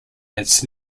its